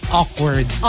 awkward